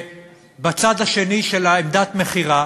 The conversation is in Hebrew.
בצד השני של עמדת המכירה